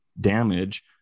damage